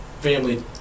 family